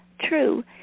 true